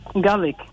garlic